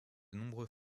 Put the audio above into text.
nombreux